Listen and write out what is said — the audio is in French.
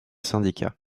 syndicats